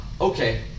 okay